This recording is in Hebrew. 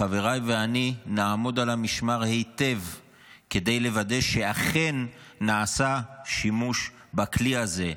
חבריי ואני נעמוד על המשמר היטב כדי לוודא שאכן נעשה שימוש בכלי הזה.